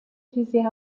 چیزی